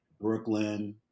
Brooklyn